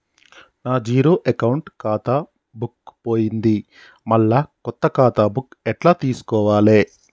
నా zero account ఖాతా book పోయింది మళ్ళా కొత్త ఖాతా బుక్కు ఎట్ల తీసుకోవాలే?